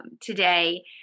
today